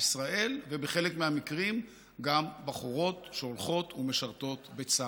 ישראל ובחלק מהמקרים גם בחורות שהולכות ומשרתות בצה"ל.